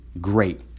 great